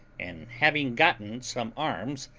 and having gotten some arms,